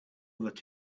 that